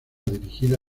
dirigida